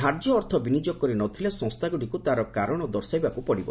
ଧାର୍ଯ୍ୟ ଅର୍ଥ ବିନିଯୋଗ କରିନଥିଲେ ସଂସ୍ଥାଗୁଡ଼ିକ ତା'ର କାରଣ ଦର୍ଶାଇବାକୁ ପଡ଼ିବ